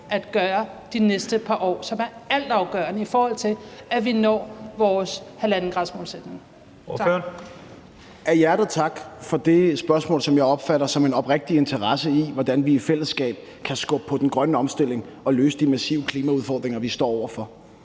Første næstformand (Leif Lahn Jensen): Ordføreren. Kl. 10:29 Morten Dahlin (V): Af hjertet tak for det spørgsmål, som jeg opfatter som en oprigtig interesse i, hvordan vi i fællesskab kan skubbe på den grønne omstilling og løse de massive klimaudfordringer, vi står over for.